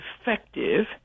effective